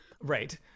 Right